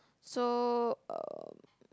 so um